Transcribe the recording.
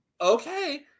Okay